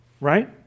right